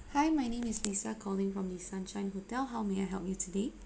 hi my name is lisa calling from the sunshine hotel how may I help you today